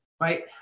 right